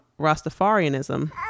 Rastafarianism